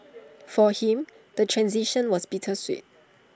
for him the transition was bittersweet